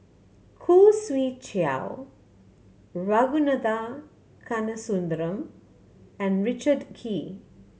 Khoo Swee Chiow Ragunathar Kanagasuntheram and Richard Kee